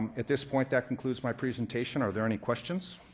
at this point, that concludes my presentation. are there any questions?